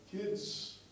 kids